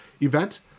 event